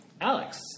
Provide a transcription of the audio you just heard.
Alex